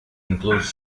includes